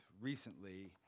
recently